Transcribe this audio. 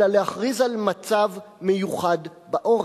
אלא להכריז על "מצב מיוחד בעורף",